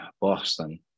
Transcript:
Boston